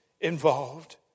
involved